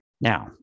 Now